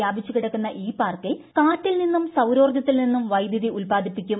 വ്യാപിച്ചുകിടക്കുന്ന ഈ ്പാർക്കിൽ കാറ്റിൽ നിന്നും സൌരോർജ്ജ ത്തിൽ നിന്നും വൈദ്യുതി ഉൽപാദിപ്പിക്കും